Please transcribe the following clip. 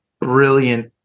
brilliant